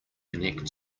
connect